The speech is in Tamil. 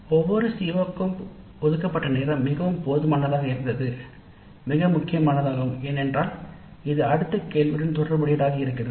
ஒவ்வொரு CO க்கும் ஒதுக்கப்பட்ட நேரம் மிகவும் போதுமானதாக இருந்தது